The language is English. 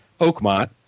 Oakmont